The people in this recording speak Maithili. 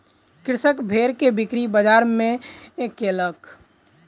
कृषक भेड़ के बिक्री बजार में कयलक